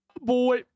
boy